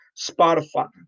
Spotify